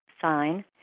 sign